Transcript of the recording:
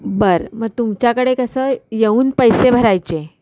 बरं मग तुमच्याकडे कसं येऊन पैसे भरायचे